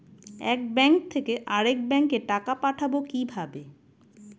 এক ব্যাংক থেকে আরেক ব্যাংকে টাকা পাঠাবো কিভাবে?